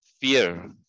fear